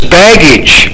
baggage